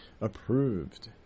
approved